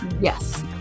Yes